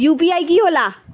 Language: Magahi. यू.पी.आई कि होला?